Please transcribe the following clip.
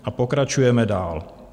A pokračujeme dál.